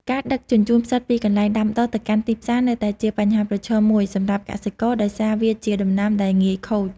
ការដឹកជញ្ជូនផ្សិតពីកន្លែងដាំដុះទៅកាន់ទីផ្សារនៅតែជាបញ្ហាប្រឈមមួយសម្រាប់កសិករ ដោយសារវាជាដំណាំដែលងាយខូច។